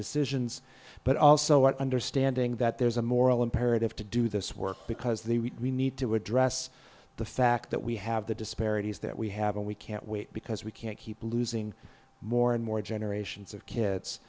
decisions but also understanding that there's a moral imperative to do this work because they we need to address the fact that we have the disparities that we have and we can't wait because we can't keep losing more and more generations of